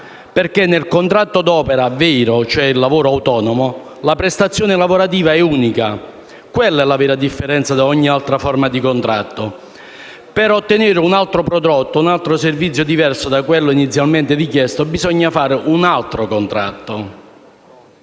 nel contratto d’opera vero (cioè il lavoro autonomo) la prestazione lavorativa è unica e questa è la vera differenza con ogni altra forma di contratto. Per ottenere un altro prodotto e un servizio diverso da quello inizialmente richiesto, bisogna fare un altro contratto.